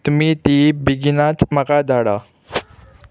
तुमी ती बेगिनात म्हाका धाडा